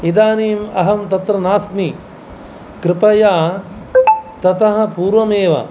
इदानीम् अहं तत्र नास्मि कृपया ततः पूर्वमेव